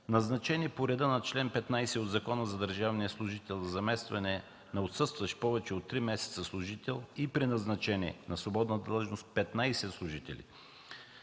назначени по реда на чл. 15 от Закона за държавния служител за заместване на отсъстващ повече от три месеца служител и преназначени на свободна длъжност – 15 служители;